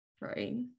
right